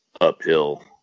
uphill